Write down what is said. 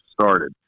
started